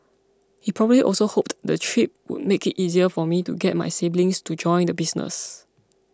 he probably also hoped the trip would make it easier for me to get my siblings to join the business